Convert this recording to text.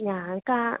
ഞാൻ കാ